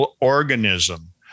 organism